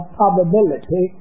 probability